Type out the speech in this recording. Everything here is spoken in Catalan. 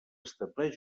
estableix